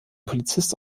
polizist